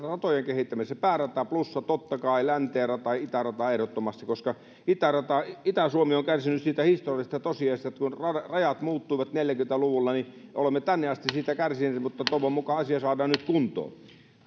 ratojen kehittämisen päärata plussa totta kai länteen rata itään rata ehdottomasti koska itä suomi on kärsinyt siitä historiallisesta tosiasiasta että rajat muuttuivat neljäkymmentä luvulla olemme tänne asti siitä kärsineet mutta toivon mukaan asia saadaan nyt kuntoon